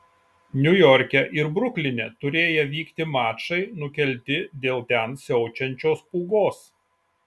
niujorke ir brukline turėję vykti mačai nukelti dėl ten siaučiančios pūgos